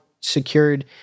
secured